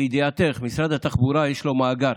לידיעתך, משרד התחבורה, יש לו מאגר,